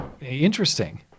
interesting